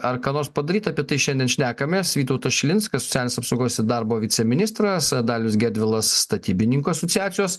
ar ką nors padaryt apie tai šiandien šnekamės vytautas šilinskas socialinė apsaugos ir darbo viceministras dalius gedvilas statybininkų asociacijos